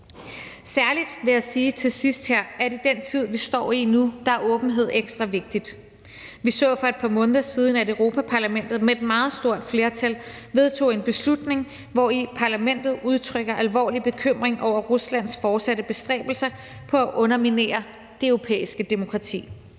sidst vil jeg særlig sige, at i den tid, vi står i nu, åbenhed ekstra vigtig. Vi så for et par måneder siden, at Europa-Parlamentet med et meget stort flertal vedtog en beslutning, hvorved Parlamentet udtrykker alvorlig bekymring over Ruslands fortsatte bestræbelser på at underminere det europæiske demokrati.